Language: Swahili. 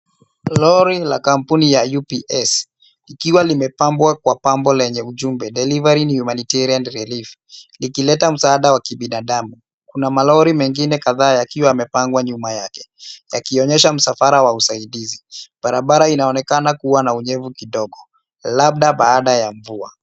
Lori la kampuni ya UPS likiwa limepambwa kwa pambo lenye ujumbe Delivery Humanitarian relief likileta msaada wa kibinadamu, kuna malori mengine kadhaa yakiwa yamepangwa nyuma yake, yakionyesha msafara wa usaidizi, barabara inaonekana kuwa na unyevu kidogo, labda baada ya mvua.